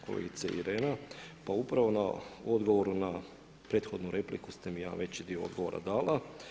Kolegice Irena, pa upravo na odgovoru na prethodnu repliku ste mi jedan veći dio odgovora dala.